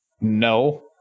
No